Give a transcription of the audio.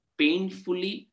painfully